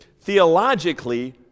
theologically